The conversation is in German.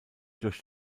durch